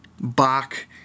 Bach